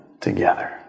together